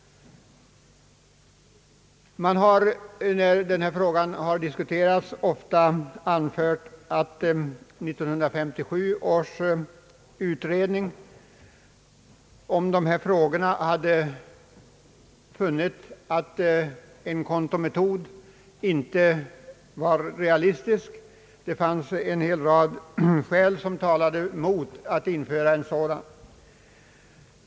När ärendet diskuterats tidigare, har det anförts att 19357 års skatteutredning hade funnit att en kontometod inte var realistisk. Enligt utredningen skulle en hel rad skäl tala emot en sådan metod.